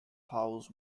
house